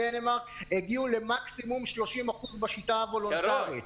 דנמרק הגיעו למקסימום 30% בשיטה הוולונטרית.